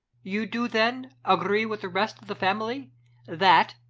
you do, then, agree with the rest of the family that,